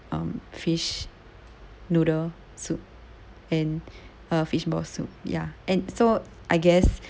um fish noodle soup and uh fishball soup ya and so I guess